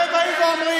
והם באים ואומרים